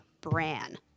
Bran